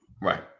right